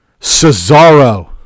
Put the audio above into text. Cesaro